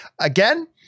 Again